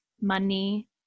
money